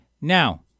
Now